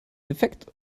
defekt